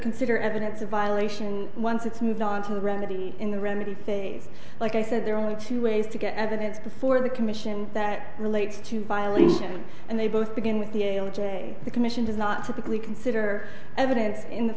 consider evidence a violation once it's moved on to the remedy in the remedy phase like i said there are only two ways to get evidence before the commission that relates to violation and they both begin with the j the commission does not typically consider evidence in the